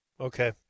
Okay